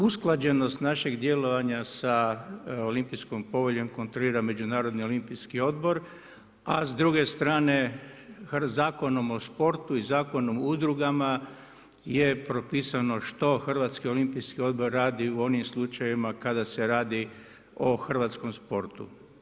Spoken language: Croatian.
Usklađenost našeg djelovanja sa Olimpijskom povelja kontrolira Međunarodni olimpijski odbor a s druge strane Zakonom o sportu i Zakonom o udrugama je propisano što HOO radi u onim slučajevima kada se radi o hrvatskom sportu.